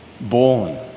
born